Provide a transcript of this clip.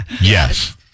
Yes